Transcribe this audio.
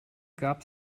gab